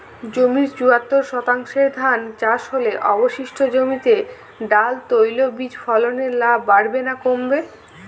জমির চুয়াত্তর শতাংশে ধান চাষ হলে অবশিষ্ট জমিতে ডাল তৈল বীজ ফলনে লাভ বাড়বে না কমবে?